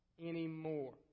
anymore